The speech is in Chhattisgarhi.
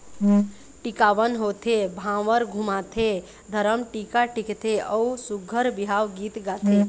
टिकावन होथे, भांवर घुमाथे, धरम टीका टिकथे अउ सुग्घर बिहाव गीत गाथे